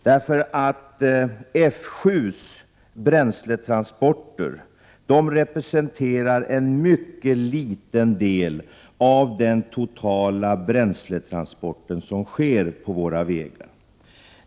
Dessa representerar ju en mycket liten del av de totala bränsletransporter som sker på våra vägar.